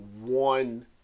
one